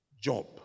Job